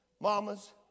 mamas